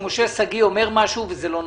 שמשה שגיא אומר משהו וזה לא נכון.